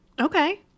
Okay